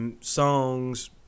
songs